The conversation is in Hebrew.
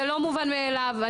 זה לא מובן מאליו.